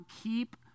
keep